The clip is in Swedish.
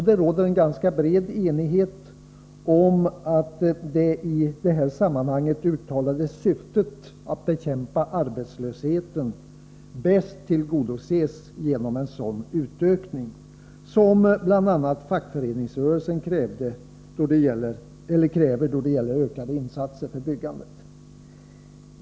Det råder ganska bred enighet om att det i detta sammanhang uttalade syftet att bekämpa arbetslösheten bäst tillgodoses genom en sådan utökning, som bl.a. fackföreningsrörelsen kräver då det gäller ökade insatser för byggandet.